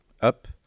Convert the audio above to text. up